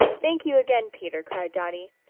thank you again, peter, cried dotty,